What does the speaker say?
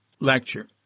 lecture